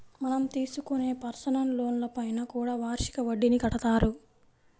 మనం తీసుకునే పర్సనల్ లోన్లపైన కూడా వార్షిక వడ్డీని కడతారు